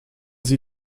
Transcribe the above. sie